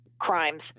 crimes